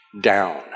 down